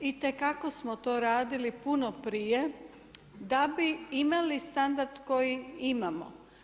Itekako smo to radili puno prije, da bi imali standard koji imamo.